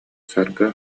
саргы